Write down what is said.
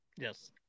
Yes